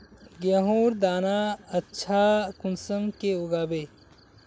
गेहूँर दाना अच्छा कुंसम के उगबे?